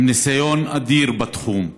עם ניסיון אדיר בתחום,